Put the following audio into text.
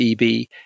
EB